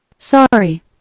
Sorry